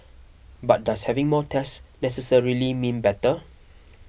but does having more tests necessarily mean better